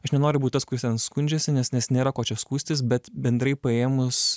aš nenoriu būt tas kuris ten skundžiasi nes nes nėra ko čia skųstis bet bendrai paėmus